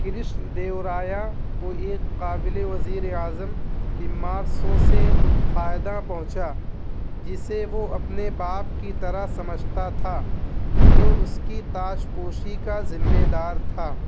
کرشن دیورایا کو ایک قابل وزیر اعظم تمارسو سے فائدہ پہنچا جسے وہ اپنے باپ کی طرح سمجھتا تھا جو اس کی تاج پوشی کا ذمہ دار تھا